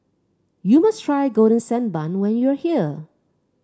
you must try Golden Sand Bun when you are here